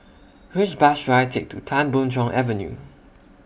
Which Bus should I Take to Tan Boon Chong Avenue